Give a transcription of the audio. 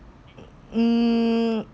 um